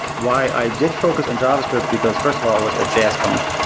why i did focus on javascript, because first of all i was at jsconf,